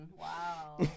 Wow